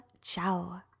ciao